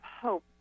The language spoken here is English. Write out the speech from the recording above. hope